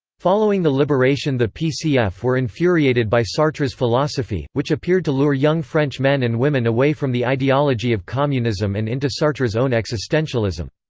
following the liberation the pcf were infuriated by sartre's philosophy, which appeared to lure young french men and women away from the ideology of communism and into sartre's own existentialism.